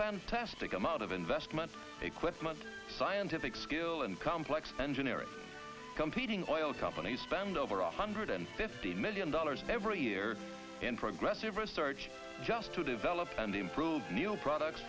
fantastic amount of investment equipment scientific skill and complex engineering competing on oil companies spend over a hundred and fifty million dollars every year in progressive research just to develop and improve new products